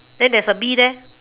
then there's a bee there